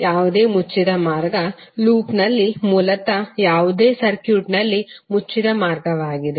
ಯಾವುದೇ ಮುಚ್ಚಿದ ಮಾರ್ಗ ಲೂಪ್ನಲ್ಲಿ ಮೂಲತಃ ಯಾವುದೇ ಸರ್ಕ್ಯೂಟ್ನಲ್ಲಿ ಮುಚ್ಚಿದ ಮಾರ್ಗವಾಗಿದೆ